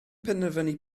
penderfynu